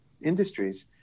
industries